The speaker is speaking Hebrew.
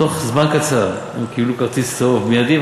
תוך זמן קצר הם קיבלו כרטיס צהוב מיידי,